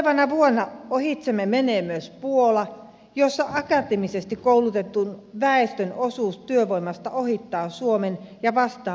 tulevana vuonna ohitsemme menee myös puola jossa akateemisesti koulutetun väestön osuus työvoimasta ohittaa suomen vastaavan osuuden